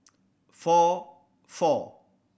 four four